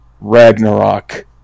Ragnarok